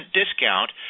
discount